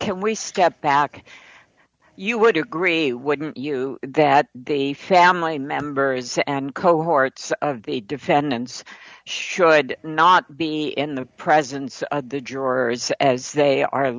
can we step back you would agree wouldn't you that the family members and cohorts of the defendants should not be in the presence of the jurors as they are